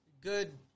Good